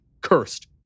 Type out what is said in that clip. cursed